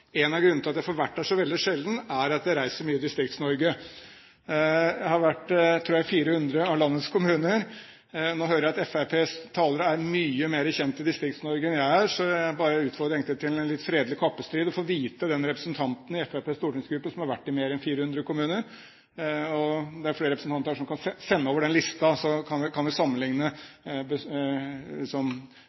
En av grunnene til at jeg får vært der veldig sjelden, er at jeg reiser mye i Distrikts-Norge. Jeg tror jeg har vært i 400 av landets kommuner. Nå hører jeg at Fremskrittspartiets talere er mye mer kjent i Distrikts-Norge enn det jeg er, så jeg vil egentlig bare utfordre til en litt fredelig kappestrid for å få vite hvem av representantene i Fremskrittspartiets stortingsgruppe som har vært i mer enn 400 kommuner. Det er flere representanter her som kan sende over den listen. Så kan vi